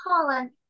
Colin